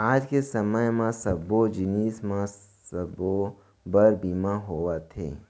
आज के समे म सब्बो जिनिस म सबो बर बीमा होवथे